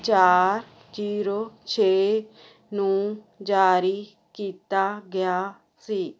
ਚਾਰ ਜੀਰੋ ਛੇ ਨੂੰ ਜਾਰੀ ਕੀਤਾ ਗਿਆ ਸੀ